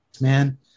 man